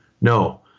No